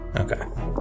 Okay